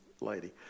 lady